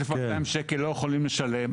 אלף מאתיים שקל הם לא יכולים לשלם.